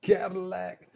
Cadillac